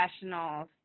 professionals